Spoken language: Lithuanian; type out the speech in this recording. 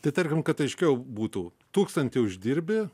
tai tarkim kad aiškiau būtų tūkstantį uždirbi